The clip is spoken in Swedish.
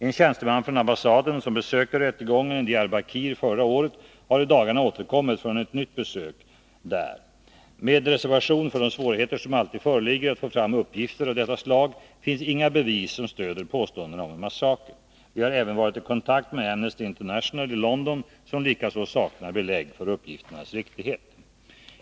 En tjänsteman från ambassaden, som besökte rättegången i Diyarbakir förra året, har i dagarna återkommit från ett nytt besök där. Med reservation för de svårigheter som alltid föreligger att få fram uppgifter av detta slag finns inga bevis som stöder påståendena om en massaker. Vi har även varit i kontakt med Amnesty International i London, som likaså saknar belägg för uppgifternas riktighet.